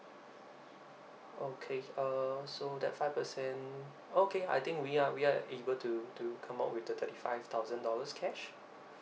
okay uh so that five percent okay I think we are we are able to to come out with the thirty five thousand dollars cash